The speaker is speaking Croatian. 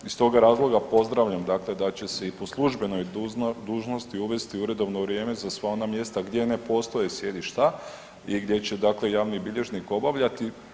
Iz toga razloga pozdravljam dakle da će se i po službenoj dužnosti uvesti uredovno vrijeme za sva ona mjesta gdje ne postoje sjedišta i gdje će, dakle javni bilježnik obavljati.